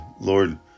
Lord